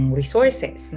resources